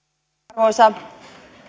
arvoisa